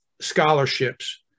scholarships